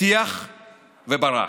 הבטיח וברח.